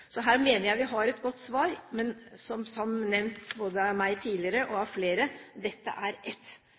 Så her mener jeg vi har et godt svar. Men som nevnt både av meg tidligere og av flere: Dette er ett